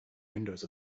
windows